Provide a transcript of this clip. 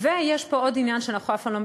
ויש פה עוד עניין שאנחנו אף פעם לא,